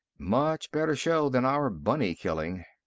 much better show than our bunny-killing.